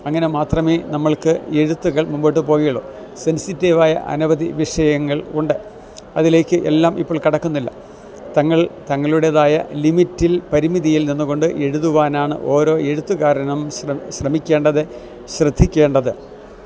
അങ്ങനെ മാത്രമേ നമുക്ക് എഴുത്തുകൾ മുന്നോട്ട് പോവുകയുള്ളൂ സെൻസിറ്റീവായ അനവധി വിഷയങ്ങളുണ്ട് അതിലേക്കെല്ലാം ഇപ്പോൾ കടക്കുന്നില്ല തങ്ങൾ തങ്ങളുടേതായ ലിമിറ്റിൽ പരിമിതിയിൽ നിന്നുകൊണ്ട് എഴുതുവാനാണ് ഓരോ എഴുത്തുകാരനും ശ്രമിക്കേണ്ടത് ശ്രദ്ധിക്കേണ്ടത്